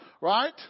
Right